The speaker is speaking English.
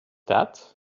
that